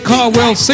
Carwell